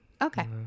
Okay